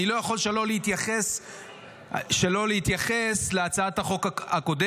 אני לא יכול שלא להתייחס להצעת החוק הקודמת.